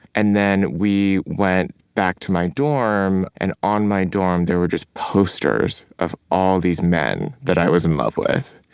and then we went back to my dorm, and on my dorm, there were just posters of all these men that i was in love with.